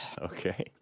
Okay